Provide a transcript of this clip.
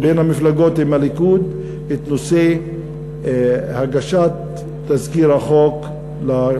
בין המפלגות ובין הליכוד את הגשת תזכיר החוק